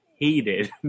Hated